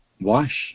wash